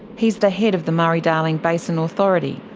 he's the head of the murray-darling basin authority.